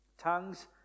tongues